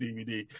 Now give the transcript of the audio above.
DVD